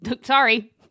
Sorry